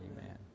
Amen